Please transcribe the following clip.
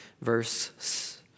verse